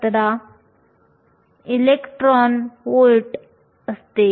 17 electron volt असते